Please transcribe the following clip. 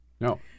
No